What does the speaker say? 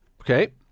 Okay